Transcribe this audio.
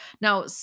Now